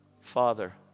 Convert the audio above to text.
Father